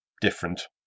different